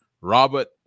Robert